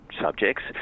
subjects